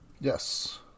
Yes